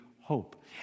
hope